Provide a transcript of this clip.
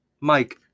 Mike